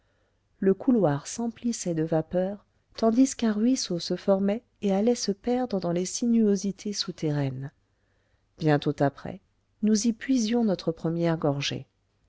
le couloir s'emplissait de vapeurs tandis qu'un ruisseau se formait et allait se perdre dans les sinuosités souterraines bientôt après nous y puisions notre première gorgée